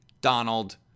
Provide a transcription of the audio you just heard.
Donald